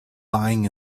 lying